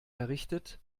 errichtet